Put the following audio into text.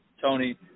Tony